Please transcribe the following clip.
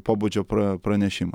pobūdžio pra pranešimą